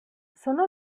sono